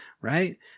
right